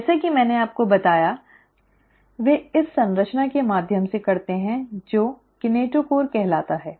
जैसा कि मैंने आपको बताया वे इस संरचना के माध्यम से करते हैं जो कीनेटोकोर कहलाता है